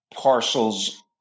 parcels